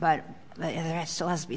but there is so as to be